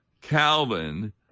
Calvin